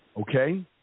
Okay